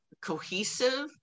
cohesive